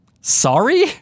Sorry